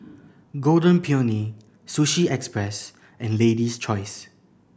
Golden Peony Sushi Express and Lady's Choice